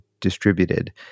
distributed